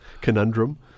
Conundrum